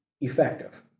effective